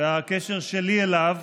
והקשר שלי אליו